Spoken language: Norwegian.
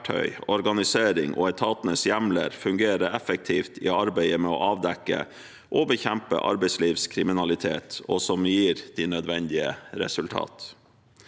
organisering og etatenes hjemler fungerer effektivt i arbeidet med å avdekke og bekjempe arbeidslivskriminalitet og gir de nødvendige resultater.